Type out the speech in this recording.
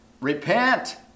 repent